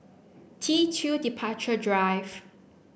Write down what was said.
T Two Departure Drive